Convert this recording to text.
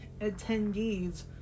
attendees